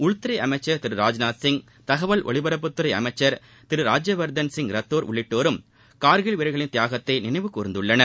உள்துறை அமைச்சர் திரு ராஜ்நாத்சிங் தகவல் ஒலிபரப்புத்துறை அமைச்சர் திரு ராஜ்யவர்தன் சிங் ரத்தோர் உள்ளிட்டோரும் கார்கில் வீரர்களின் தியாகத்தை நினைவு கூர்ந்துள்ளனர்